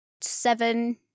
seven